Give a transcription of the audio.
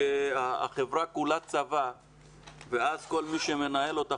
שהחברה כולה צבא ואז כל מי שמנהל אותה